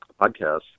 podcast